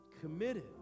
committed